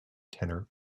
tenor